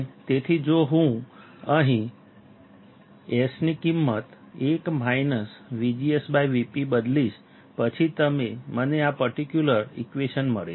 તેથી જો હું અહીં S ની કિંમત 1 VGSV p બદલીશ પછી મને આ પર્ટિક્યુલર ઈક્વેશન મળે છે